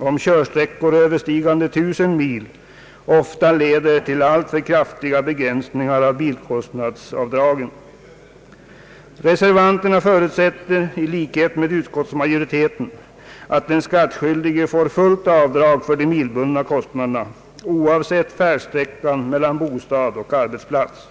om körsträckor överstigande 1000 mil ofta leder till alltför kraftiga begränsningar av bilkostnadsavdragen. Reservanterna förutsätter i likhet med utskottsmajoriteten att den skattskyldige får fullt avdrag för de milbundna kostnaderna, oavsett färdsträckan mellan bostad och arbetsplats.